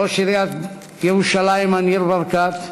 ראש עיריית ירושלים מר ניר ברקת,